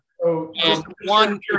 One